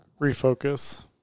refocus